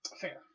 Fair